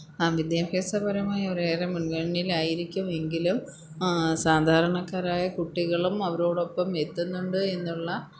വിദ്യാഭ്യാസപരമായി അവർ ഏറെ മുന്നിൽ മുന്നിലായിരിക്കുമെങ്കിലും സാധാരണക്കാരായ കുട്ടികളും അവരോടൊപ്പം എത്തുന്നുണ്ട് എന്നുള്ള